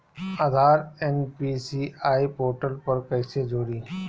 आधार NPCI portal पर कईसे जोड़ी?